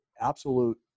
absolute